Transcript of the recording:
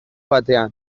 batean